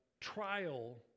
trial